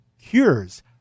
cures